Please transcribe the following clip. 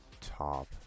top